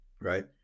right